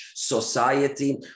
society